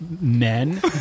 men